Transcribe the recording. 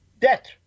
debt